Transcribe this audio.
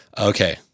Okay